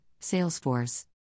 Salesforce